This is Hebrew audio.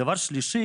הדבר השלישי,